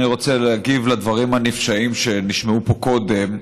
אני רוצה להגיב על הדברים הנפשעים שנשמעו פה קודם.